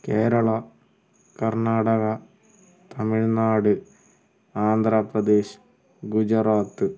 Kerala Karnataka Tamil Nadu Andhra Pradesh Gujarat